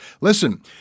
Listen